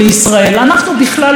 אנחנו בכלל בעד גבולות.